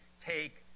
Take